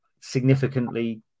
significantly